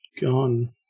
Gone